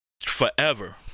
forever